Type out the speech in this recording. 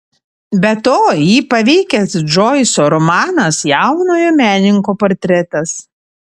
be to jį paveikęs džoiso romanas jaunojo menininko portretas